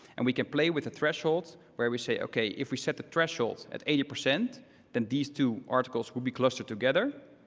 and we can play with the thresholds where we say, ok, if we set the thresholds at eighty, then these two articles will be clustered together.